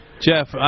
Jeff